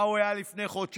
מה הוא היה לפני חודשיים?